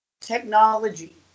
technology